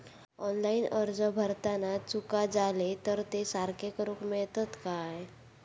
Online अर्ज भरताना चुका जाले तर ते सारके करुक मेळतत काय?